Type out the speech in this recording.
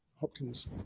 Hopkins